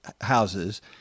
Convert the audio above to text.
houses